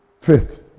First